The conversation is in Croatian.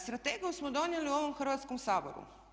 Strategiju smo donijeli u ovom Hrvatskom saboru.